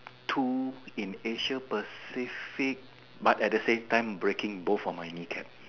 two in Asia pacific but at the same time breaking both of my kneecap